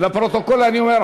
לפרוטוקול לפרוטוקול אני אומר,